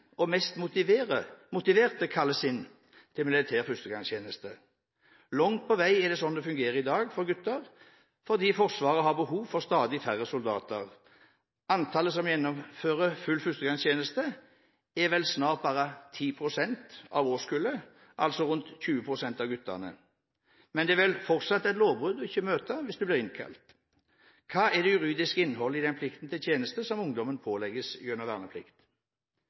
og mest motiverte kalles inn» til militær førstegangstjeneste. Langt på vei er det slik det fungerer i dag for gutter, fordi Forsvaret har behov for stadig færre soldater. Antallet som gjennomfører full førstegangstjeneste, er vel snart bare 10 pst. av årskullet, altså rundt 20 pst. av guttene. Men det er vel fortsatt et lovbrudd ikke å møte hvis du blir innkalt. Hva er det juridiske innholdet i den plikten til tjeneste som ungdommen pålegges gjennom verneplikt?